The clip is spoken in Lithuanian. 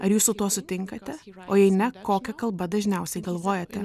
ar jūs su tuo sutinkate o jei ne kokia kalba dažniausiai galvojate